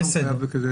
בסדר.